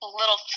little